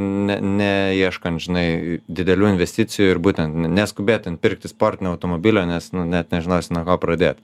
ne neieškant žinai didelių investicijų ir būtent neskubėt ten pirkti sportinio automobilio nes net nežinosi nuo ko pradėti